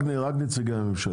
רק נציגי ממשלה.